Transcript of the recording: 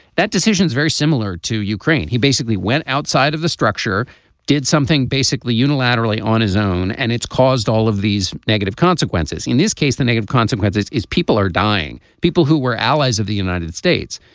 that decision is very similar to ukraine. he basically went outside of the structure did something basically unilaterally on his own and it's caused all of these negative consequences in this case the negative consequences is people are dying people who were allies of the united states.